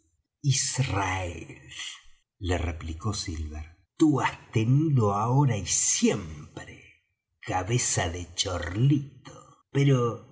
israel le replicó silver tú has tenido ahora y siempre cabeza de chorlito pero